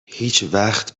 هیچوقت